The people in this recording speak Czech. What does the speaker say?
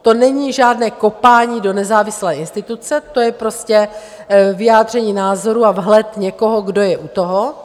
To není žádné kopání do nezávislé instituce, to je prostě vyjádření názoru a vhled někoho, kdo je u toho.